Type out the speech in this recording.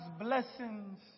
blessings